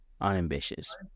Unambitious